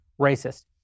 racist